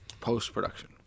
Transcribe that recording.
Post-production